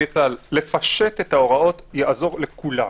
לפשט את ההוראות יעזור לכולם,